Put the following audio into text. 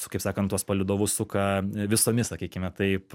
kaip sakant tuos palydovus suka visomis sakykime taip